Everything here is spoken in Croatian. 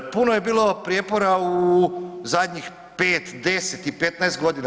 Puno je bilo prijepora u zadnjih 5, 10 i 15 godina.